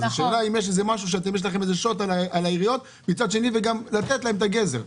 השאלה היא אם יש לכם שוט להפעיל מול העיריות וגם לתת להם את הגזר.